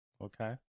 Okay